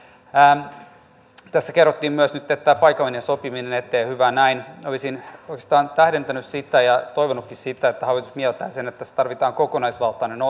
tässä kerrottiin nyt myös että paikallinen sopiminen etenee hyvä näin olisin oikeastaan tähdentänyt ja toivonutkin sitä että hallitus mieltää sen että tässä tarvitaan kokonaisvaltainen